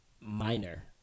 minor